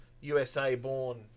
USA-born